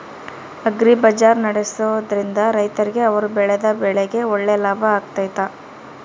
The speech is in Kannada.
ಅಗ್ರಿ ಬಜಾರ್ ನಡೆಸ್ದೊರಿಂದ ರೈತರಿಗೆ ಅವರು ಬೆಳೆದ ಬೆಳೆಗೆ ಒಳ್ಳೆ ಲಾಭ ಆಗ್ತೈತಾ?